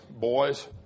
boys